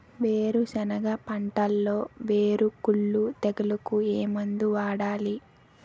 వేరుసెనగ పంటలో వేరుకుళ్ళు తెగులుకు ఏ మందు వాడాలి?